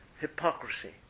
hypocrisy